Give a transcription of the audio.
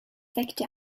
sekte